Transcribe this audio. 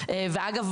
אגב,